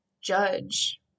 Judge